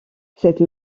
cette